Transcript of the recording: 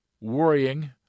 worrying